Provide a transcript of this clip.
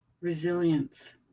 resilience